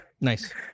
Nice